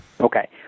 okay